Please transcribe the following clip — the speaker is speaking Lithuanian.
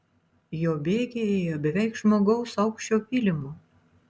jo bėgiai ėjo beveik žmogaus aukščio pylimu